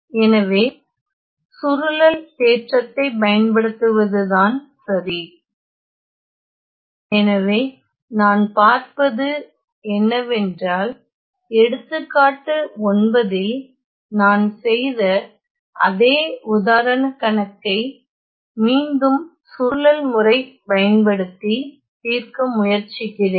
எனவே சுருளல் தேற்றத்தைப் பயன்படுத்துவது தான் சரி எனவே நான் பார்ப்பது என்னவென்றால் எடுத்துக்காட்டு 9 இல் நான் செய்த அதே உதாரண கணக்கை மீண்டும் சுருளல் முறை பயன்படுத்தி தீர்க்க முயற்சிக்கிறேன்